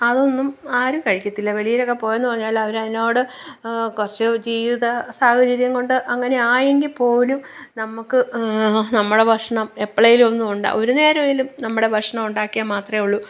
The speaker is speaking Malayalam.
അതൊന്നും ആരും കഴിക്കത്തില്ല വെളിയിലൊക്കെ പോയെന്നു പറഞ്ഞാലും അവരതിനോട് കുറച്ചു ജീവിത സാഹചര്യം കൊണ്ട് അങ്ങനെ ആയെങ്കിൽപ്പോലും നമുക്ക് നമ്മുടെ ഭക്ഷണം എപ്പോളേലുമൊന്നുണ്ട ഒരുനേരമെങ്കിലും നമ്മുടെ ഭക്ഷണം ഉണ്ടാക്കിയ മാത്രമേ ഉള്ളു